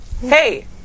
Hey